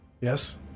Yes